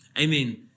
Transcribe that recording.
Amen